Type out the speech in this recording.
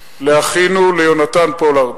לאחינו, ליונתן פולארד,